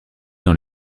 dans